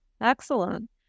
Excellent